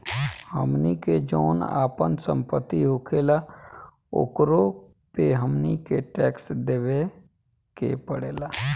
हमनी के जौन आपन सम्पति होखेला ओकरो पे हमनी के टैक्स देबे के पड़ेला